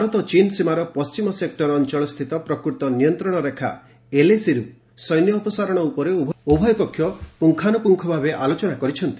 ଭାରତ ଚୀନ୍ ସୀମାର ପଶ୍ଚିମ ସେକୁର ଅଞ୍ଚଳ ସ୍ଥିତ ପ୍ରକୃତ ନିୟନ୍ତ୍ରଣ ରେଖା ଏଲ୍ଏସି ରୁ ସୈନ୍ୟ ଅପସାରଣ ଉପରେ ଉଭୟ ପକ୍ଷ ପୁଙ୍ଗାନୁପୁଙ୍ଗ ଭାବେ ଆଲୋଚନା କରିଛନ୍ତି